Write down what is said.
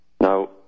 Now